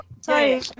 Sorry